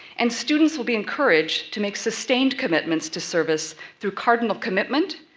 and students will be encouraged to make sustained commitments to service through cardinal commitment,